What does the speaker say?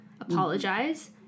apologize